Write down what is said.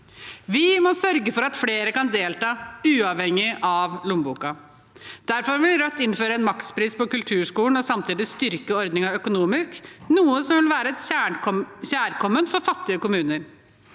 Vi må sørge for at flere kan delta uavhengig av lommeboka. Derfor vil Rødt innføre en makspris på kulturskolen og samtidig styrke ordningen økonomisk, noe som vil være kjærkomment for fattige kommuner.